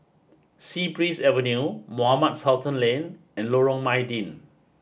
sea Breeze Avenue Mohamed Sultan Lane and Lorong Mydin